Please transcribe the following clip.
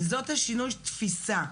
וזה שינוי התפיסה.